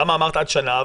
למה אמרת עד שנה?